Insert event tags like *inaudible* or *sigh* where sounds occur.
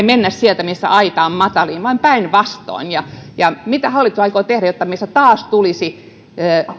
*unintelligible* mennä sieltä missä aita on matalin vaan päinvastoin mitä hallitus aikoo tehdä jotta meistä tulisi taas